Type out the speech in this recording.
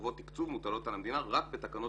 חובות תקצוב מוטלות על המדינה רק בתקנות